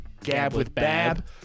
GabWithBab